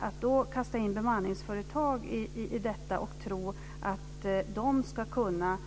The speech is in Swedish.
Att då kasta in bemanningsföretag här och tro att de ska kunna